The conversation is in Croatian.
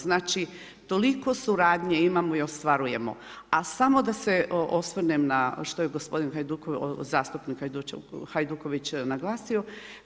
Znači, toliko suradnje imamo i ostvarujemo, a samo da se osvrnem na što je gospodin Hajduković, zastupnik Hajduković naglasio.